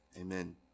Amen